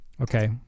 Okay